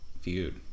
feud